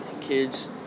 kids